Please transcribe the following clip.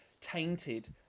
tainted